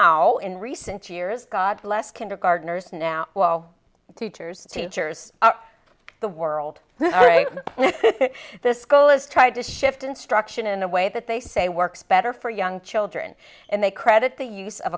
now in recent years god bless kindergartners now while teachers teachers are the world the school is tried to shift instruction in a way that they say works better for young children and they credit the use of